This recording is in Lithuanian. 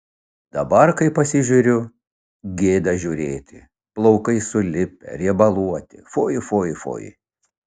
dabar kai pasižiūriu gėda žiūrėti plaukai sulipę riebaluoti fui fui fui